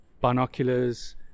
binoculars